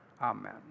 Amen